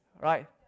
right